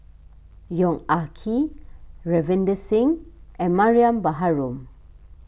Yong Ah Kee Ravinder Singh and Mariam Baharom